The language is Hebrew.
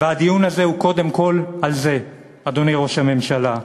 והדיון הזה הוא קודם כול על זה, אדוני ראש הממשלה.